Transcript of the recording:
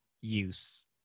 use